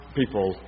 people